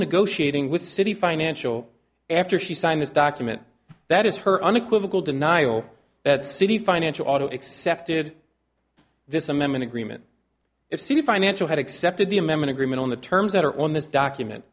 negotiating with city financial after she signed this document that is her unequivocal denial that city financial auto excepted this amendment agreement if the financial had accepted the amendment agreement on the terms that are on this document